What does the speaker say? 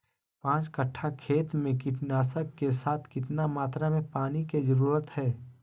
पांच कट्ठा खेत में कीटनाशक के साथ कितना मात्रा में पानी के जरूरत है?